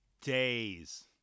Days